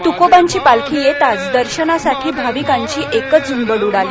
तुकोबांची पालखी येताच दर्शनासाठी भाविकांची एकच झुंबड उडाली